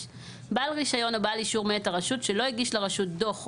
בעל רישיון או בעל אישור מאת הרשות שלא הגיש לרשות דוח,